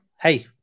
hey